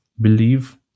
believe